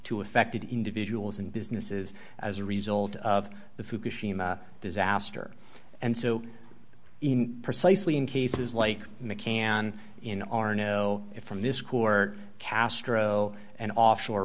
to affected individuals and businesses as a result of the fukushima disaster and so in precisely in cases like mccann in our know it from this core castro and offshore